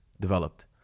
developed